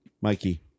Mikey